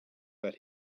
that